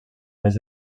mes